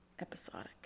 Episodic